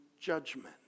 judgment